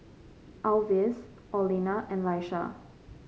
Alvis Orlena and Laisha